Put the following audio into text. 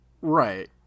Right